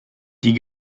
die